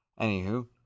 Anywho